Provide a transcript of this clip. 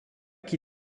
qui